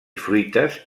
fruites